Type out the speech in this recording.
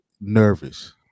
nervous